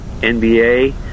NBA